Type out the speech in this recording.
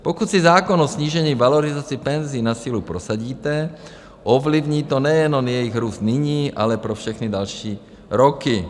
Pokud si zákon o snížení valorizace penzí na sílu prosadíte, ovlivní to nejenom jejich růst nyní, ale pro všechny další roky.